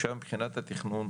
עכשיו, מבחינת התכנון